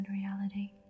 reality